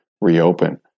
reopen